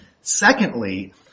Secondly